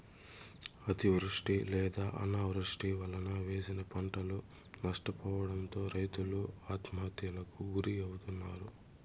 అతివృష్టి లేదా అనావృష్టి వలన వేసిన పంటలు నష్టపోవడంతో రైతులు ఆత్మహత్యలకు గురి అవుతన్నారు